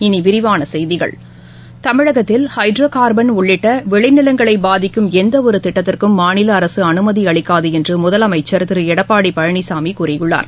இனி விரிவான செய்திகள் தமிழகத்தில் ஹைட்ரோ கார்பன் உள்ளிட்ட விளைநிலங்களை பாதிக்கும் எந்தவொரு திட்டத்திற்கும் மாநில அரசு அனுமதி அளிக்காது என்று முதலமைச்சர் திரு எடப்பாடி பழனிசாமி கூறியுள்ளார்